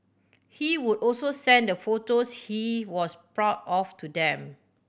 he would also send the photos he was proud of to them